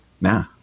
nah